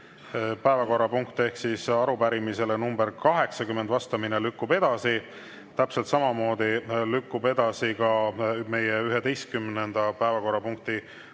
päevakorrapunkt ehk arupärimisele nr 80 vastamine lükkub edasi. Täpselt samamoodi lükkub edasi ka meie 11. päevakorrapunkt,